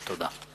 תודה.